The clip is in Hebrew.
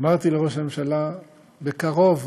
אמרתי לראש הממשלה: בקרוב.